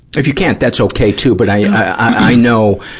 if you can't, that's okay, too. but i, i know,